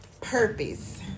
Purpose